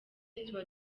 tuba